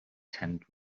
tent